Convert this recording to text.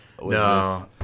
No